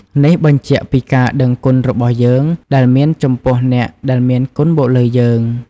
នេះបញ្ជាក់ពីការដឹងគុណរបស់យើង ដែលមានចំពោះអ្នកដែលមានគុណមកលើយើង។